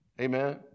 Amen